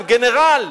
עם גנרל,